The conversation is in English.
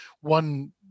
one